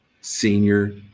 Senior